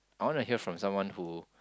I wanna hear from someone who